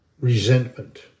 resentment